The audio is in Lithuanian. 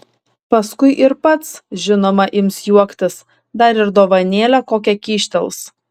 paskui ir pats žinoma ims juoktis dar ir dovanėlę kokią kyštels